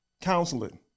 counseling